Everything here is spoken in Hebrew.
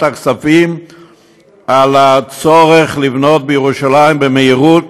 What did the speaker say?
הכספים על הצורך לבנות בירושלים במהירות,